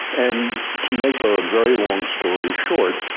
and to make a very long story short,